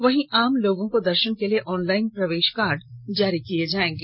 वहीं आम लोगों को दर्शन के लिए ऑनलाईन प्रवेश कार्ड जारी किया जाएगा